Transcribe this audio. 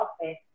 office